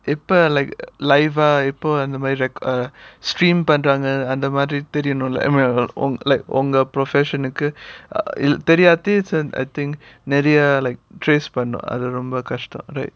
எப்ப:eppa like live ah எப்ப அந்த மாதிரி:eppa antha maathiri uh stream பண்றங்க அந்த மாதிரி தெரியனும்ல:pandraanga antha maathiri theriyanumla o~ like உங்க:unga profession கு தெரியாட்டி:ku theriyaatti like trace பண்ணனும் அது ரொம்ப கஷ்டம்:pannanum athu romba kashtam right